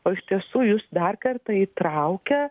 o iš tiesų jus dar kartą įtraukia